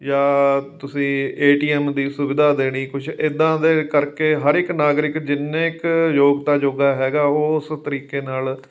ਜਾਂ ਤੁਸੀਂ A T M ਦੀ ਸੁਵਿਧਾ ਦੇਣੀ ਕੁਝ ਇੱਦਾਂ ਦੇ ਕਰਕੇ ਹਰ ਇੱਕ ਨਾਗਰਿਕ ਜਿੰਨੇ ਕੁ ਯੋਗਤਾ ਯੋਗਾ ਹੈਗਾ ਉਹ ਉਸ ਤਰੀਕੇ ਨਾਲ